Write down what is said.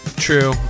True